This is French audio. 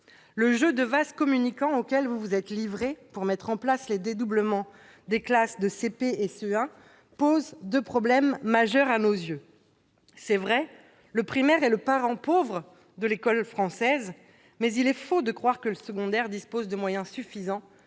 Le jeu de vases communicants auquel vous vous êtes livré pour mettre en place le dédoublement des classes de CP et CE1 pose deux problèmes majeurs. Il est vrai que le primaire est le parent pauvre de l'école française, mais il est faux de croire que le secondaire dispose de moyens suffisants,